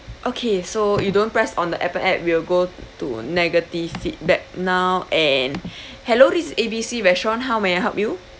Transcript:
okay so you don't press on the appen app we'll go to negative feedback now and hello this is A B C restaurant how may I help you